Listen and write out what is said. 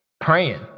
praying